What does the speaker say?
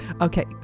Okay